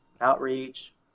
outreach